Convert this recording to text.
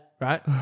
Right